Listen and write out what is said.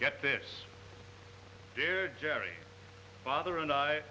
get this dear jerry father and i